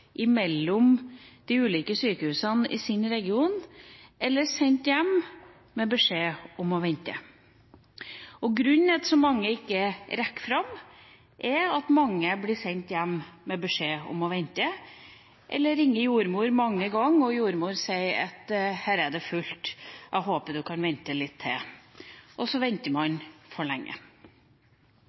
sendt mellom de ulike sykehusene i sin region eller bli sendt hjem med beskjed om å vente. Grunnen til at så mange ikke rekker fram, er at mange blir sendt hjem med beskjed om å vente eller ringe jordmor mange ganger, og jordmor sier at her er det fullt, jeg håper du kan vente litt til – og så venter man for lenge.